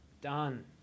done